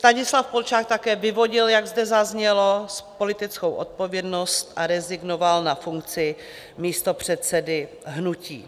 Stanislav Polčák také vyvodil, jak zde zaznělo, politickou odpovědnost a rezignoval na funkci místopředsedy hnutí.